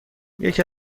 یکی